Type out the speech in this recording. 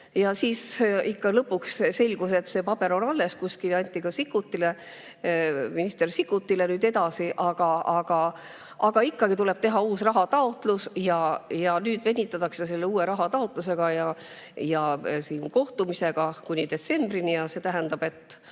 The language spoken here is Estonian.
Lõpuks ikka selgus, et see paber on kuskil alles ja anti minister Sikkutile edasi. Aga ikkagi tuleb teha uus rahataotlus ja nüüd venitatakse selle uue rahataotlusega ja kohtumisega kuni detsembrini. See tähendab, et